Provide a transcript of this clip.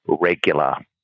regular